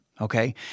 okay